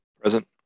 Present